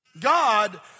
God